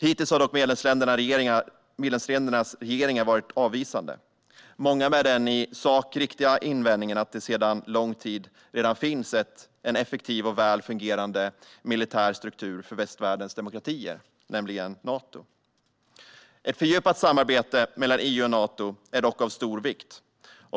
Hittills har dock medlemsländernas regeringar varit avvisande, många med den i sak riktiga invändningen att det sedan lång tid redan finns en effektiv och väl fungerande militär struktur för västvärldens demokratier, nämligen Nato. Ett fördjupat samarbete mellan EU och Nato är dock av stor vikt.